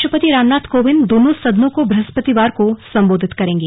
राष्ट्रपति रामनाथ कोविंद दोनों सदनों को बृहस्पतिवार को संबोधित करेंगे